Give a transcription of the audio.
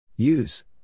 Use